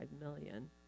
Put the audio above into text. million